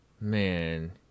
man